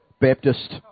Baptist